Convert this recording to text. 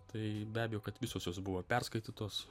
tai be abejo kad visos jos buvo perskaitytos